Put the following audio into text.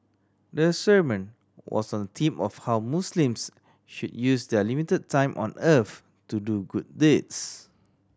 the sermon was on the theme of how Muslims should use their limited time on earth to do good deeds